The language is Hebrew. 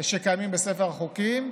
שקיימים בספר החוקים,